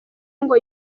ngo